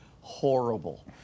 horrible